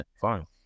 fine